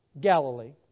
Galilee